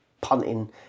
punting